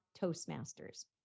Toastmasters